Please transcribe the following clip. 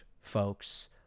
folks